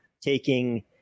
taking